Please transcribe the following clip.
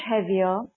heavier